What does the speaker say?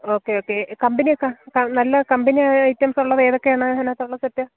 okay യോക്കെ company ഒക്കെ നല്ല കമ്പിനി ഐറ്റെംസ് ഉള്ളത് ഏതൊക്കെയാണ് അതിനകത്ത് ഉള്ള സെറ്റ്